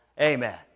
Amen